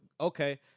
okay